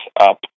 up